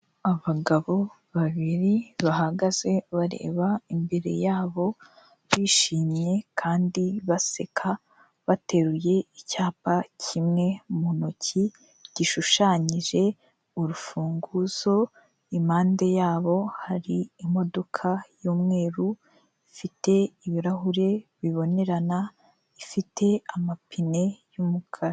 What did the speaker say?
Abagabo babiri bahagaze bareba imbere yabo bishimye kandi baseka, bateruye icyapa kimwe mu ntoki gishushanyije urufunguzo, impande yabo hari imodoka y'umweru ifite ibirahure bibonerana, ifite amapine y'umukara.